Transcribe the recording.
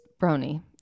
Brony